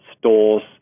stores